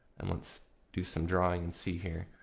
and let's do some drawing and see here.